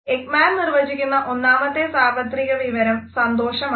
Ekman നിർവചിക്കുന്ന ഒന്നാമത്തെ സാർവത്രിക വികാരം സന്തോഷമാണ്